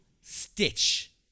Stitch